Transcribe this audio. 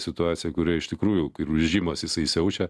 situacija kurią iš tikrųjų rėžimas jisai siaučia